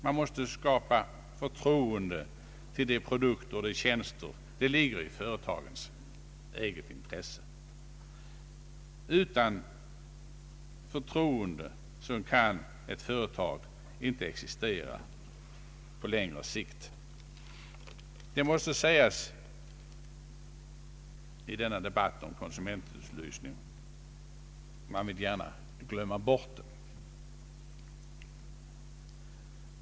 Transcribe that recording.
Det gäller att skapa förtroende för produkter och tjänster, det ligger i företagens eget intresse. Utan förtroende kan ett företag inte existera på längre sikt. Det måste sägas i denna debatt om konsumentupplysning — man vill så gärna glömma bort det.